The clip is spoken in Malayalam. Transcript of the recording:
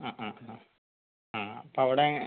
ആ ആ ആ ആ അപ്പം അവിടങ്ങ്